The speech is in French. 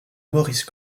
maurice